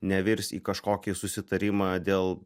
nevirs į kažkokį susitarimą dėl